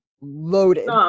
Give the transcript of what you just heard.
loaded